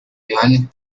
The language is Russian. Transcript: реальных